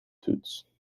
toets